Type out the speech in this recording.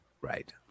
Right